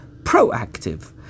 proactive